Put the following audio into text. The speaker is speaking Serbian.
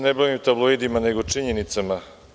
Ne bavim se tabloidima nego činjenicama.